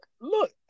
Look